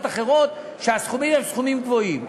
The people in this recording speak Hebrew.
אחרות כשהסכומים הם סכומים גבוהים,